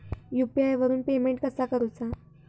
UPI वरून payment कसा करूचा?